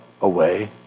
away